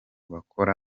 bakora